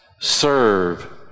serve